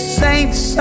saints